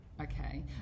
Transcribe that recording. Okay